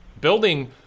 building